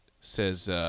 says